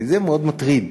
וזה מאוד מטריד.